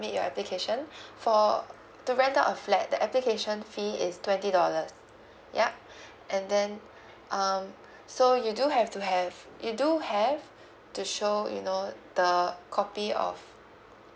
submit your application for to rent out a flat the application fee is twenty dollars ya and then um so you do have to have you do have to show you know the copy of